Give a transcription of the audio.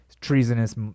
treasonous